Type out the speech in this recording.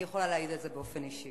אני יכולה להעיד על זה באופן אישי.